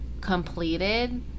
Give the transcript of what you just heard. completed